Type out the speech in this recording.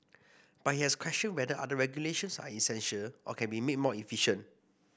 but he has questioned whether other regulations are essential or can be made more efficient